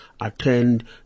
attend